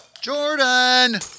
Jordan